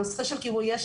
נושא של כיבוי אש,